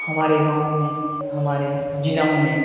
ہمارے گاؤں میں ہمارے ضلعوں میں